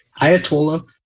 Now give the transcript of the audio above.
Ayatollah